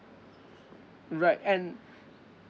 right and